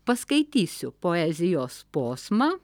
paskaitysiu poezijos posmą